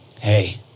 hey